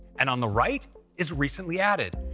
and on the right is recently added,